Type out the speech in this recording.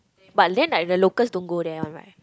but then like the locals don't go there one right